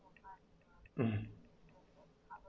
um